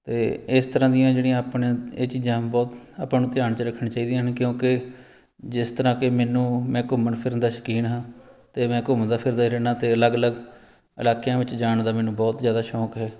ਅਤੇ ਇਸ ਤਰ੍ਹਾਂ ਦੀਆਂ ਜਿਹੜੀਆਂ ਆਪਣੇ ਇਹ ਚੀਜ਼ਾਂ ਬਹੁਤ ਆਪਾਂ ਨੂੰ ਧਿਆਨ 'ਚ ਰੱਖਣੀ ਚਾਹੀਦੀਆਂ ਨੇ ਕਿਉਂਕਿ ਜਿਸ ਤਰ੍ਹਾਂ ਕਿ ਮੈਨੂੰ ਮੈਂ ਘੁੰਮਣ ਫਿਰਨ ਦਾ ਸ਼ੌਕੀਨ ਹਾਂ ਅਤੇ ਮੈਂ ਘੁੰਮਦਾ ਫਿਰਦਾ ਹੀ ਰਹਿੰਦਾ ਅਤੇ ਅਲੱਗ ਅਲੱਗ ਇਲਾਕਿਆਂ ਵਿੱਚ ਜਾਣ ਦਾ ਮੈਨੂੰ ਬਹੁਤ ਜ਼ਿਆਦਾ ਸ਼ੌਕ ਹੈ